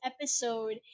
episode